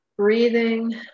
Breathing